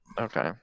Okay